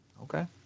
Okay